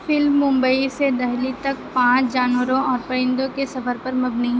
film Mumbai سے دہلی تک پانچ جانوروں اور پرندوں کے سفر پر مبنی ہے